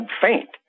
faint